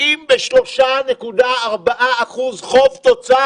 73.4% חוב-תוצר.